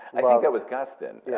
think that was guston, yeah